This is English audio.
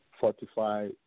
fortify